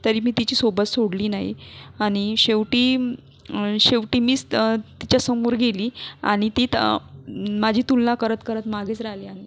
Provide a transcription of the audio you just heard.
तरी मी तिची सोबत सोडली नाही आणि शेवटी शेवटी मीच तिच्यासमोर गेली आणि ती तर माझी तुलना करत करत मागेच राहिली आणि